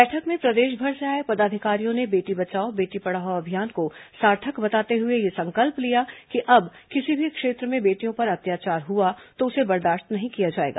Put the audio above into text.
बैठक में प्रदेशभर से आए पदाधिकारियों ने बेटी बचाओ बेटी पढ़ाओ अभियान को सार्थक बताते हुए यह संकल्प लिया कि अब किसी भी क्षेत्र में बेटियों पर अत्याचार हुआ तो उसे बर्दाश्त नहीं किया जाएगा